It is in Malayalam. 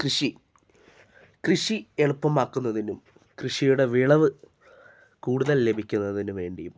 കൃഷി കൃഷി എളുപ്പമാക്കുന്നതിനും കൃഷിയുടെ വിളവ് കൂടുതൽ ലഭിക്കുന്നതിനു വേണ്ടിയും